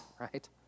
right